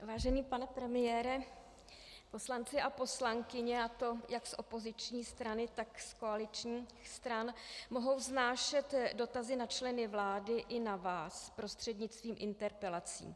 Vážený pane premiére, poslanci a poslankyně, a to jak z opoziční strany, tak z koaličních stran, mohou vznášet dotazy na členy vlády i na vás prostřednictvím interpelací.